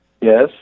Yes